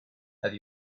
have